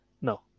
No